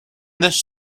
this